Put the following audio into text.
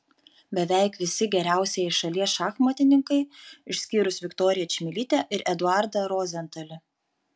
beveik visi geriausieji šalies šachmatininkai išskyrus viktoriją čmilytę ir eduardą rozentalį